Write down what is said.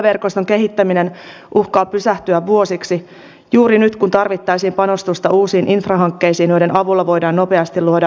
väyläverkoston kehittäminen uhkaa pysähtyä vuosiksi juuri nyt kun tarvittaisiin panostusta uusiin infrahankkeisiin joiden avulla voidaan nopeasti luoda uusia työpaikkoja